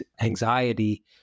anxiety